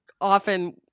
often